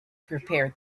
prepared